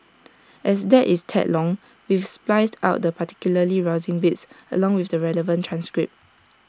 as that is A tad long we've spliced out the particularly rousing bits along with the relevant transcript